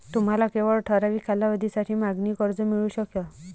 तुम्हाला केवळ ठराविक कालावधीसाठी मागणी कर्ज मिळू शकेल